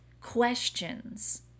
questions